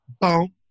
boom